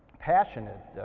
passionate